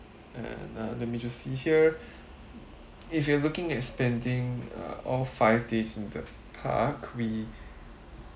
and uh let me just see here if you are looking at spending uh all five days in the park we